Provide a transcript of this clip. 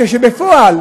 כשבפועל